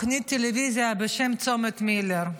טלוויזיה בשם "צומת מילר".